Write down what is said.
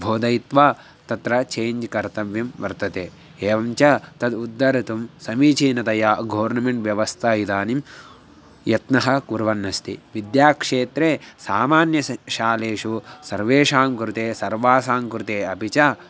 बोधयित्वा तत्र छेञ्ज् कर्तव्यं वर्तते एवञ्च तद् उद्धर्तुं समीचीनतया घोर्नमेण्ट् व्यवस्था इदानीं यत्नः कुर्वन्नस्ति विद्याक्षेत्रे सामान्यशिक्षालयेषु सर्वेषां कृते सर्वासां कृते अपि च